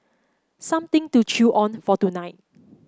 something to chew on for tonight